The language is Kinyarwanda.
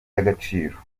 y’agaciro